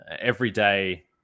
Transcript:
everyday